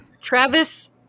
Travis